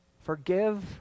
forgive